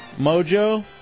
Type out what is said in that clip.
Mojo